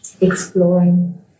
exploring